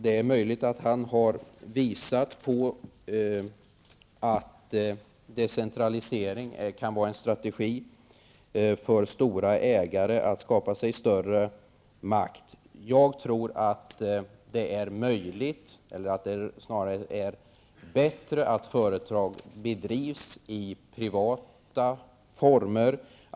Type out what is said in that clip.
Det är möjligt att Lenin har påvisat att decentralisering kan vara en strategi för stora ägare att skapa sig större makt. Jag tror dock att det snarare är bättre att företag drivs i privata former.